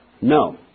No